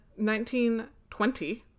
1920